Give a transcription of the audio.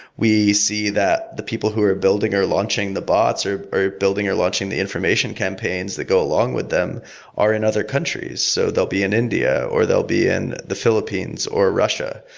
we see that the people who are building or launching the bot, or or building or launching the information campaigns that go along with them are in other countries. so they'll be in india, or they'll be in the philippines, or russia.